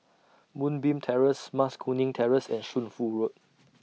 Moonbeam Terrace Mas Kuning Terrace and Shunfu Road